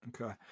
Okay